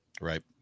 Right